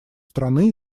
страны